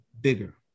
bigger